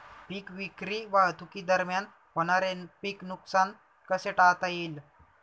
पीक विक्री वाहतुकीदरम्यान होणारे पीक नुकसान कसे टाळता येईल?